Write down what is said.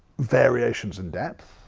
variations in depth,